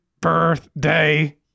birthday